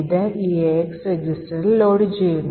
ഇത് eax രജിസ്റ്ററിൽ ലോഡുചെയ്യുന്നു